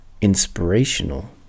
inspirational